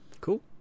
cool